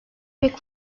pek